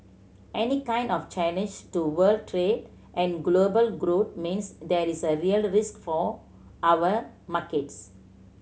any kind of challenge to world trade and global growth means there is real risk for our markets